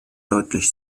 deutlich